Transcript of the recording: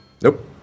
Nope